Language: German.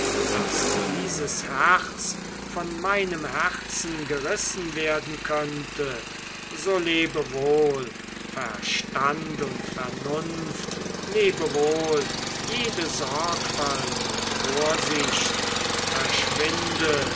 daß dieses herz von meinem herzen gerissen werden könnte so lebe wohl verstand und vernunft lebe wohl jede sorgfalt und vorsicht verschwinde